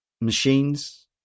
machines